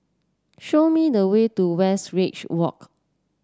show me the way to Westridge Walk